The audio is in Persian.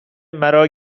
مرا